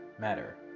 matter